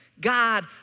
God